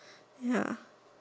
ya